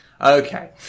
Okay